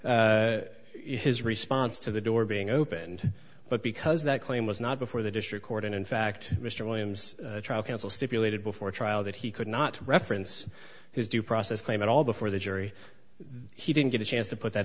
excuse his response to the door being opened but because that claim was not before the district court and in fact mr williams trial counsel stipulated before trial that he could not reference his due process claim at all before the jury he didn't get a chance to put that